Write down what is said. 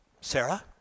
Sarah